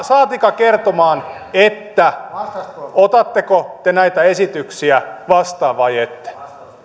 saatika kertomaan otatteko te näitä esityksiä vastaan vai ette